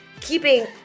keeping